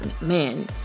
Man